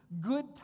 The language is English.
good